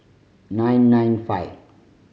nine nine five